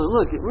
look